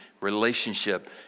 relationship